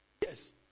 Yes